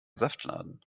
saftladen